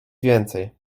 więcej